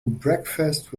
breakfast